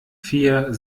vier